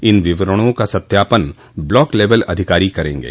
इन विवरणों का सत्यापन ब्लॉक लेवल अधिकारी करेंगे